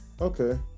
Okay